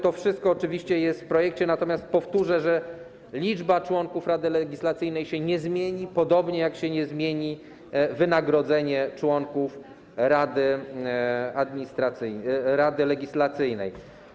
To wszystko oczywiście jest w projekcie, natomiast powtórzę, że liczba członków Rady Legislacyjnej się nie zmieni, podobnie jak się nie zmieni wynagrodzenie członków Rady Legislacyjnej.